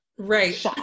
right